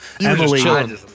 Emily